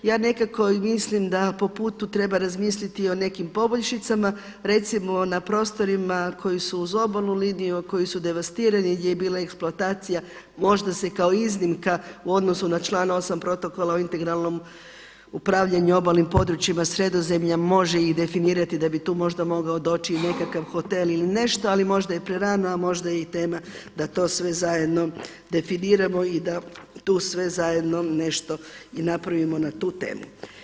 Ja nekako mislim da po putu treba razmisliti o nekim poboljšicama, recimo na prostorima koji su uz obalnu liniju koji su devastirani gdje je bila eksploatacija možda se kao iznimka u odnosu na član 8. Protokola o integralnom upravljanju obalnim područjima Sredozemljem može i definirati da bi tu možda mogao doći i nekakav hotel ili nešto, ali možda je prerano, a možda je i tema da to sve zajedno definirano i da tu sve zajedno nešto i napravimo na tu temu.